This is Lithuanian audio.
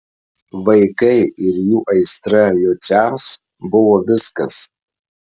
vaikai ir jų aistra jociams buvo viskas